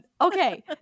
Okay